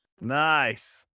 Nice